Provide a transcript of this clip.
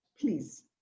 please